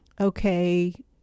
okay